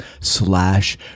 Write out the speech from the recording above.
slash